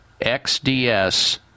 XDS